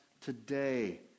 today